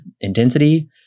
intensity